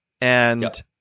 And-